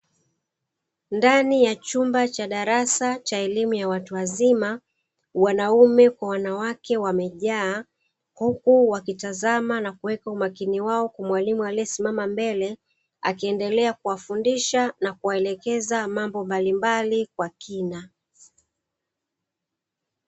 Ndani ya chumba cha darasa cha elimu ya watu wazima, wanaume kwa wanawake wamejaa, huku wakitazama na kuweka umakini wao huku mwalimu aliye simama mbele, akiendelea kuwafundisha na kuwaelekeza mambo mbalimbali kwa kina.